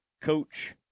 coach